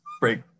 break